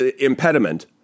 impediment